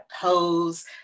pose